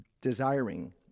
desiring